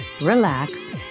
relax